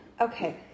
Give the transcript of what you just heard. okay